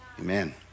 Amen